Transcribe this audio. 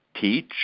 teach